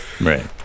Right